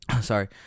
Sorry